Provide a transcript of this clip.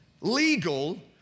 legal